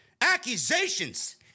accusations